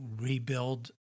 rebuild